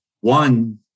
One